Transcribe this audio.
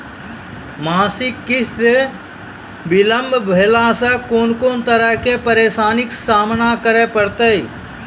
मासिक किस्त बिलम्ब भेलासॅ कून कून तरहक परेशानीक सामना करे परतै?